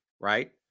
right